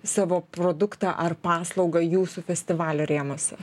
savo produktą ar paslaugą jūsų festivalio rėmuose